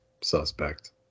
suspect